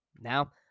Now